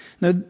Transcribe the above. Now